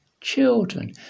children